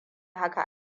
haka